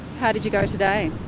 how did you go today?